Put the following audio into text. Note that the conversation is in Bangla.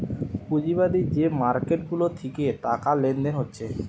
পুঁজিবাদী যে মার্কেট গুলা থিকে টাকা লেনদেন হচ্ছে